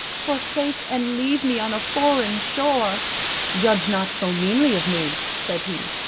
forsake and leave me on a foreign shore judge not so meanly of me, said he.